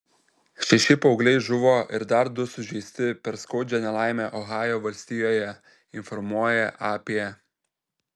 šeši paaugliai žuvo ir dar du sužeisti per skaudžią nelaimę ohajo valstijoje informuoja ap